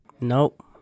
Nope